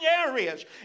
areas